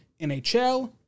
NHL